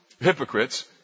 hypocrites